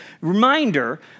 Reminder